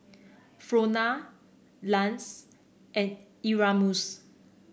Frona Lance and Erasmus